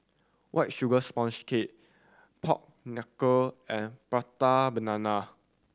White Sugar Sponge Cake pork knuckle and Prata Banana